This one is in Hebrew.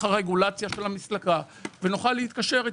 הרגולציה של המסלקה ונוכל להתקשר איתו.